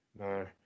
no